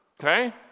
okay